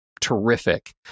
terrific